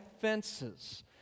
fences